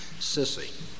sissy